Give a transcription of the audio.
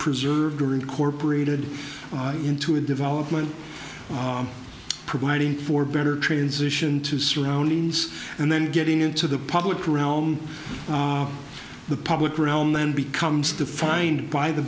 preserved or incorporated into a development providing for better transition to surroundings and then getting into the public realm the public realm then becomes defined by the